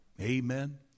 Amen